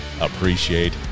appreciate